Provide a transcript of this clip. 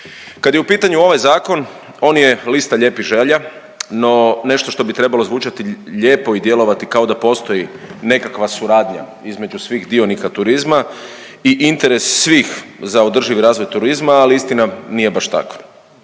Kad je u pitanju ovaj zakon, on je lista lijepih želja no nešto što bi trebalo zvučati lijepo i djelovati kao da postoji nekakva suradnja između svih dionica turizma i interes svih za održivi razvoj turizma, ali istina nije baš takva.